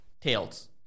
Tails